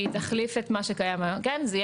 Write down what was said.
היא תחליף את מה שקיים היום.